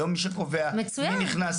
היום מי שקובע מי נכנס -- מצוין,